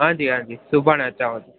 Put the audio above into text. हांजी हांजी सुभाणे अचांव थो